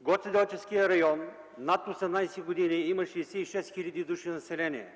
В Гоцеделчевския район над 18 години има 66 хил. души население.